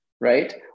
right